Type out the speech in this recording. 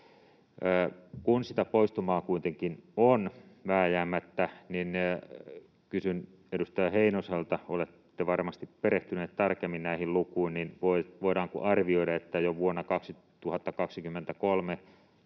Kun sitä poistumaa kuitenkin on vääjäämättä, niin kysyn edustaja Heinoselta, kun olette varmasti perehtynyt tarkemmin näihin lukuihin: voidaanko arvioida, että jo vuonna 2023